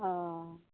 অ